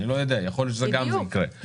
אני לא יודע, יכול להיות שגם זה יקרה.